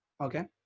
Okay